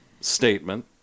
statement